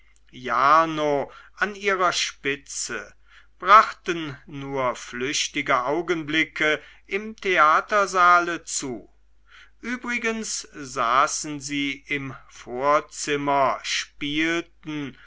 jarno an ihrer spitze brachten nur flüchtige augenblicke im theatersaale zu übrigens saßen sie im vorzimmer spielten